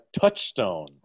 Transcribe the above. touchstone